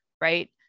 right